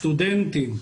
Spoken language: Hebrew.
סטודנטים.